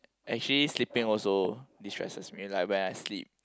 actually sleeping also destresses me like when I sleep